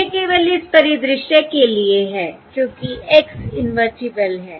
यह केवल इस परिदृश्य के लिए है क्योंकि X इन्वर्टिबल है